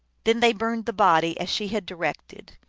then they burned the body, as she had directed.